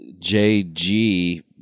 JG